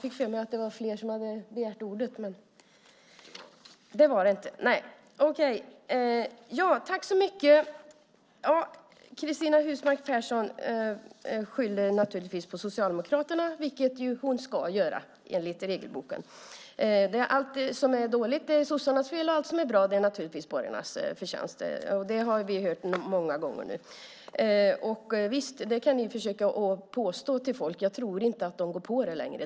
Herr talman! Cristina Husmark Pehrsson skyller naturligtvis på Socialdemokraterna, vilket hon ju ska göra enligt regelboken. Allt som är dåligt är sossarnas fel och allt som är bra är naturligtvis borgarnas förtjänst. Det har vi hört många gånger nu. Visst, det kan ni försöka påstå, men jag tror inte att folk går på det längre.